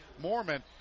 Mormon